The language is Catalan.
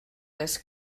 les